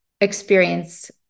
experience